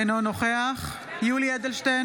אינו נוכח יולי יואל אדלשטיין,